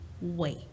wait